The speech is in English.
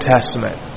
Testament